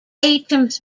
items